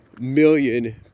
million